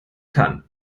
kann